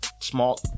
small